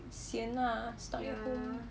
sian lah stuck at home